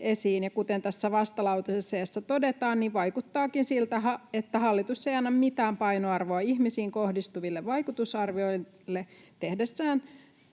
esiin. Kuten tässä vastalauseessa todetaan, vaikuttaakin siltä, että hallitus ei anna mitään painoarvoa ihmisiin kohdistuville vaikutusarvioille tehdessään